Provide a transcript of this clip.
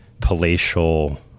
palatial